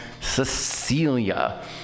Cecilia